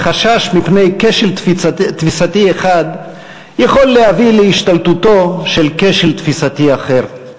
החשש מפני כשל תפיסתי אחד יכול להביא להשתלטותו של כשל תפיסתי אחר.